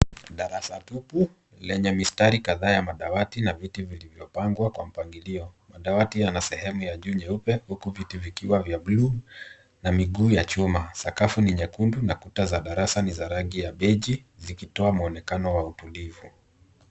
Darasa tupu lenye mistari kadhaa ya madawati na viti vilivyopangwa kwa mpangilio. Madawati yana sehemu ya juu nyeupe huku viti vikiwa vya bluu na miguu ya chuma. Sakafu ni nyekundu na kuta za darasa ni ya rangi ya beige , zikitoa mwonekano wa utulivu.